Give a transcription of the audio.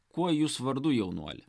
kuo jūs vardu jaunuoli